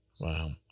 Wow